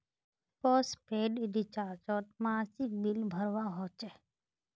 postpaid रिचार्जोत मासिक bill भरवा होचे